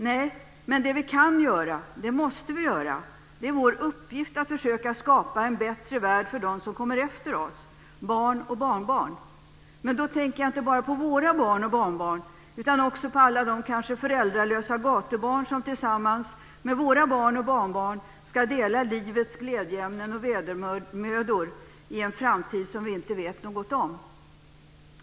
Nej, men det vi kan göra måste vi göra. Det är vår uppgift att försöka skapa en bättre värld för dem som kommer efter oss - barn och barnbarn. Men då tänker jag inte bara på våra barn och barnbarn utan också på alla de kanske föräldralösa gatubarn som tillsammans med våra barn och barnbarn ska dela livets glädjeämnen och vedermödor i en framtid som vi inte vet något om.